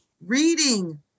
reading